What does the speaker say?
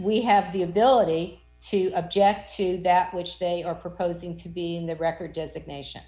we have the ability to object to that which they are proposing to be in that record designation